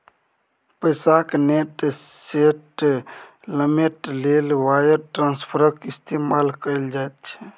पैसाक net settlement लेल wire ट्रांस्फरक इस्तेमाल कएल जाइत छै